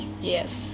Yes